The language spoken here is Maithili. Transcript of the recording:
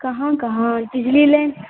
कहाँ कहाँ डिजनीलैण्ड